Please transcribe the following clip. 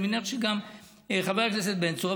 אני מניח שגם חבר הכנסת בן צור,